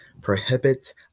prohibits